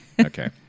Okay